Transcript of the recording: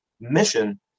mission